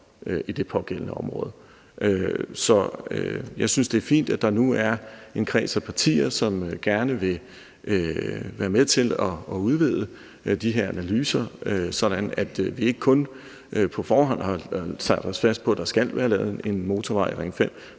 i det pågældende område. Så jeg synes, det er fint, at der nu er en kreds af partier, som gerne vil være med til at udvide de her analyser, sådan at vi ikke på forhånd har lagt os fast på, at der skal være lavet en motorvej, Ring 5,